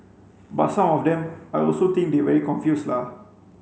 but some of them I also think they very confuse la